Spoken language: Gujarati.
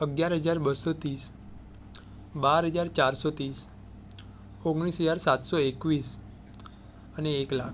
અગિયાર હજાર બસો ત્રીસ બાર હજાર ચારસો ત્રીસ ઓગણીસ હજાર સાતસો એકવીસ અને એક લાખ